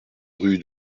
rue